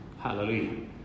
Hallelujah